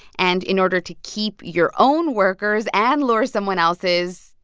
and in order to keep your own workers and lure someone else's,